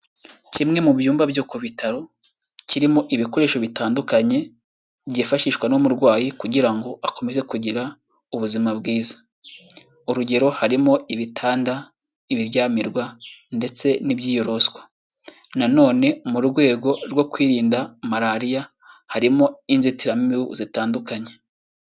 kimwe mu byumba byo ku bitaro, kirimo ibikoresho bitandukanye byifashishwa n'umurwayi kugira ngo akomeze kugira ubuzima bwiza urugero; harimo ibitanda, ibiryamirwa ndetse n'iby'iyoroswa nanone mu rwego rwo kwirinda Malaria harimo inzitiramibu zitandukanye.